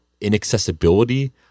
inaccessibility